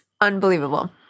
unbelievable